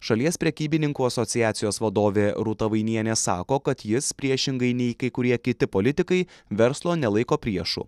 šalies prekybininkų asociacijos vadovė rūta vainienė sako kad jis priešingai nei kai kurie kiti politikai verslo nelaiko priešu